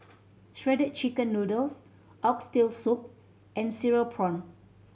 Shredded Chicken Noodles Oxtail Soup and cereal prawn